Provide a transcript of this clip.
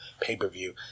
pay-per-view